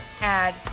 Add